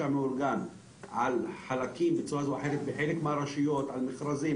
המאורגן על חלקים מהרשויות על מכרזים,